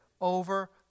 over